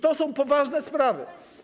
To są poważne sprawy.